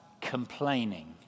complaining